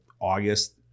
August